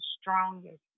strongest